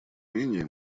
менее